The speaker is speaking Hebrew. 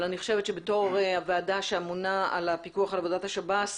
אני חושבת שכוועדה שאמונה על הפיקוח על עבודות שירות בתי הסוהר,